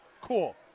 Cool